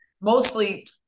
mostly